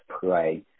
play